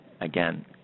again